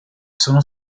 sono